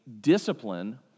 discipline